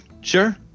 Sure